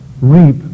reap